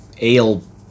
ale